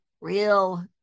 real